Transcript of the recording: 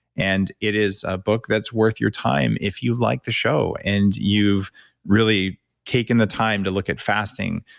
and it is a book that's worth your time. if you like the show and you've really taken the time to look at fasting,